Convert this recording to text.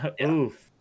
Oof